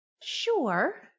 Sure